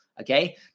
okay